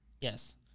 Yes